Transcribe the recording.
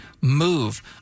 Move